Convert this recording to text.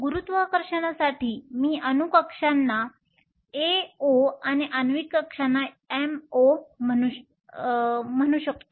गुरुत्वाकर्षणासाठी मी अणू कक्षांना AO आणि आण्विक कक्षीयांना MO म्हणू शकतो